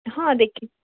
ହଁ ଦେଖି